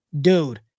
dude